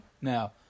Now